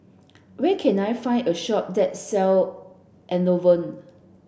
where can I find a shop that sell Enervon